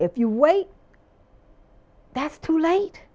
if you wait that's too late